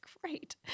great